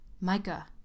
Micah